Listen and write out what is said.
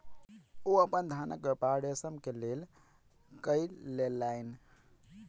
ओ अपन धानक व्यापार रेशम के लेल कय लेलैन